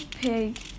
pig